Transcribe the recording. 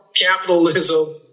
capitalism